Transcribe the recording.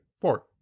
four